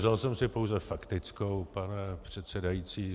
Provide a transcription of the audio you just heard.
Vzal jsem si pouze faktickou, pane předsedající.